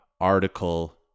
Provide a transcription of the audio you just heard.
article